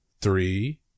three